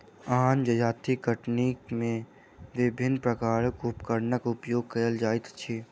आन जजातिक कटनी मे विभिन्न प्रकारक उपकरणक प्रयोग कएल जाइत अछि